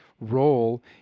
role